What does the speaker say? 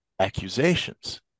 accusations